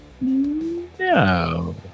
No